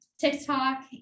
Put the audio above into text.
TikTok